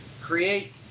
create